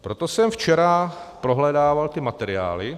Proto jsem včera prohledával ty materiály.